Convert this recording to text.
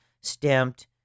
stamped